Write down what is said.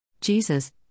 Jesus